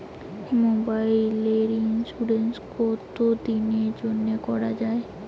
মোবাইলের ইন্সুরেন্স কতো দিনের জন্যে করা য়ায়?